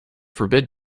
forbid